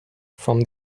from